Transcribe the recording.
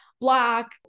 black